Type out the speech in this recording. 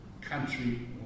country